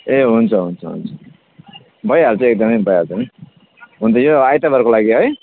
ए हुन्छ हुन्छ हुन्छ भइहाल्छ एकदमै भइहाल्छ नि हुन्छ यो आइतवारको लागि है